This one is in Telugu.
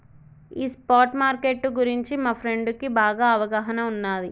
ఈ స్పాట్ మార్కెట్టు గురించి మా ఫ్రెండుకి బాగా అవగాహన ఉన్నాది